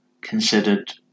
considered